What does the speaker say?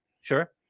Sure